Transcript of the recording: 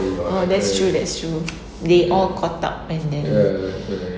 ah that's true that's true they all caught up and then